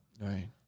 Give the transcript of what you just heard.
Right